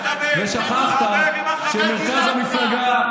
זה הפופוליזם,